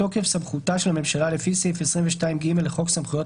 מתוקף סמכותה של הממשלה לפי סעיף 22ג לחוק סמכויות